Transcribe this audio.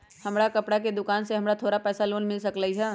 हमर कपड़ा के दुकान है हमरा थोड़ा पैसा के लोन मिल सकलई ह?